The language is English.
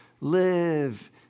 Live